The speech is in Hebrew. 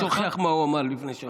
הוא שוכח מה הוא אמר לפני שבוע.